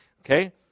Okay